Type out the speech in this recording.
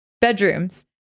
bedrooms